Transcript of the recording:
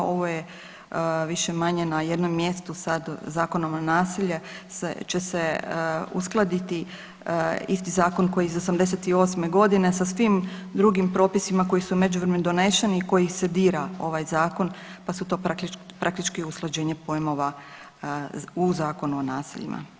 Ovo je više-manje na jednom mjestu sad Zakonom o naselju će se uskladiti isti zakon koji je iz '88.g. sa svim drugim propisima koji su u međuvremenu doneseni i kojih se dira ovaj zakon, pa su to praktički usklađenje pojmova u Zakonu o naseljima.